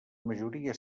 majoria